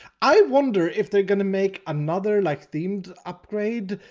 i wonder if they're going to make another like themed upgrade.